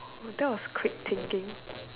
oh that was quick thinking